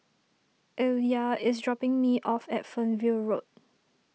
Illya is dropping me off at Fernvale Road